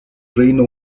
reino